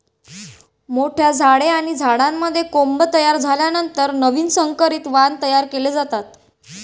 मोठ्या झाडे आणि झाडांमध्ये कोंब तयार झाल्यानंतर नवीन संकरित वाण तयार केले जातात